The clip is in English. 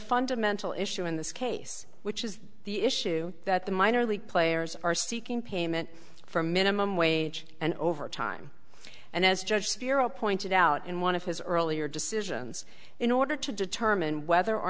fundamental issue in this case which is the issue that the minor league players are seeking payment from minimum wage and overtime and as judge pirro pointed out in one of his earlier decisions in order to determine whether or